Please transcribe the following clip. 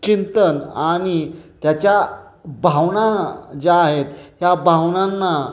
चिंतन आणि त्याच्या भावना ज्या आहेत या भावनांना